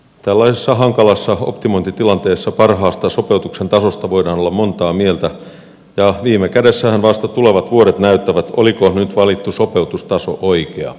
tällaisessa hankalassa optimointitilanteessa parhaasta sopeutuksen tasosta voidaan olla montaa mieltä ja viime kädessähän vasta tulevat vuodet näyttävät oliko nyt valittu sopeutustaso oikea